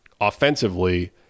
Offensively